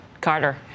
Carter